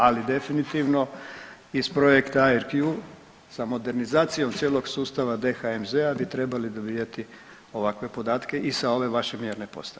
Ali definitivno iz projekta IRQ sa modernizacijom cijelog sustava DHMZ-a bi trebali dobivati ovakve podatke i sa ove vaše mjerne postaje.